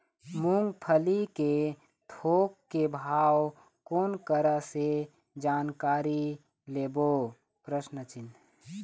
मूंगफली के थोक के भाव कोन करा से जानकारी लेबो?